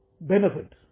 benefit